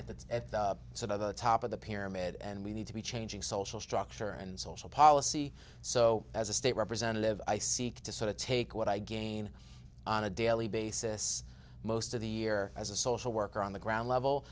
a top of the pyramid and we need to be changing social structure and social policy so as a state representative i seek to sort of take what i gain on a daily basis most of the year as a social worker on the ground level